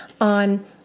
on